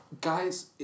guys